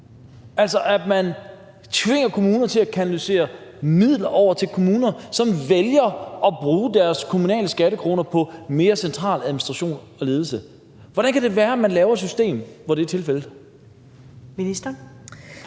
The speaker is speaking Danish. altså at man tvinger kommuner til at kanalisere midler over til kommuner, som vælger at bruge deres kommunale skattekroner på mere centraladministration og ledelse. Hvordan kan det være, at man laver et system, hvor det er tilfældet? Kl.